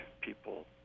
people